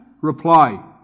reply